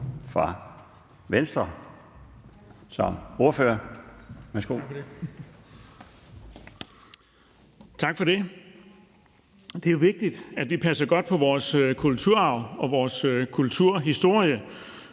Erling Bonnesen (V): Tak for det. Det er vigtigt, at vi passer godt på vores kulturarv og vores kulturhistorie.